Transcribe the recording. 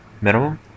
Minimum